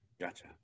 Gotcha